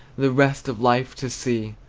the rest of life to see!